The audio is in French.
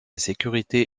sécurité